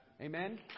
Amen